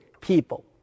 people